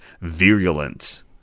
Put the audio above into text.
virulent